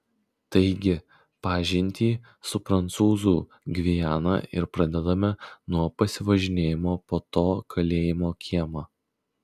taigi pažintį su prancūzų gviana ir pradedame nuo pasivažinėjimo po to kalėjimo kiemą